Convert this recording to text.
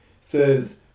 says